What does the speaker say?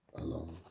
alone